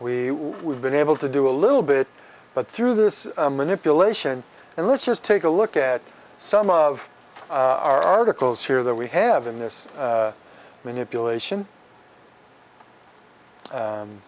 we we've been able to do a little bit but through this manipulation and let's just take a look at some of our articles here that we have in this manipulation